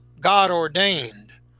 God-ordained